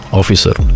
officer